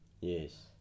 Yes